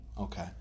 Okay